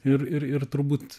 ir ir ir turbūt